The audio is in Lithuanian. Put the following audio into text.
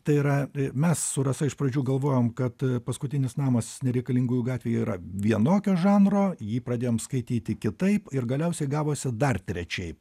tai yra mes su rasa iš pradžių galvojom kad paskutinis namas nereikalingųjų gatvėje yra vienokio žanro jį pradėjom skaityti kitaip ir galiausiai gavosi dar trečiaip